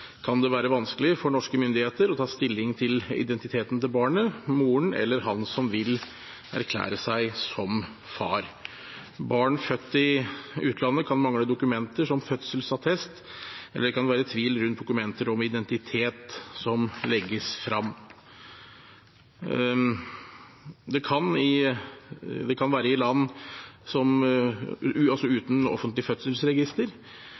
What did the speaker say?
kan det være vanskelig for norske myndigheter å ta stilling til identiteten til barnet, moren eller han som vil erklære seg som far. Barn født i utlandet kan mangle dokumenter, som fødselsattest, eller det kan være tvil rundt dokumenter om identitet som legges frem – fra land uten offentlig fødselsregister, land der det ikke utstedes offisielle dokumenter, eller land